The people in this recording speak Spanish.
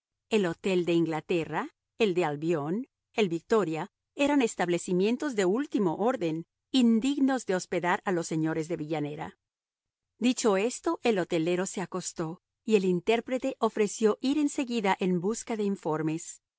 el hotel de inglaterra el de albión el victoria eran establecimientos de último orden indignos de hospedar a los señores de villanera dicho esto el hotelero se acostó y el intérprete ofreció ir en seguida en busca de informes